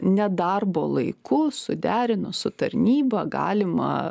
nedarbo laiku suderinus su tarnyba galima